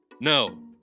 no